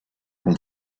con